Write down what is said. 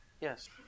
Yes